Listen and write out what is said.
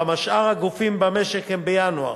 כי שאר הגופים במשק הם בינואר.